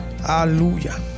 hallelujah